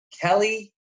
Kelly